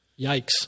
Yikes